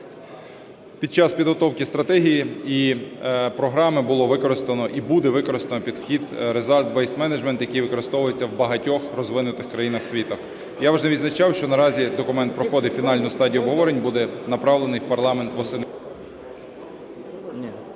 Під час підготовки стратегії і програми було використано і буде використано підхід results-based management, який використовується в багатьох розвинутих країнах світу. Я вже відзначав, що наразі документ проходить фінальну стадію обговорень і буде направлений в парламент восени…